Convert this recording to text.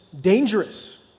dangerous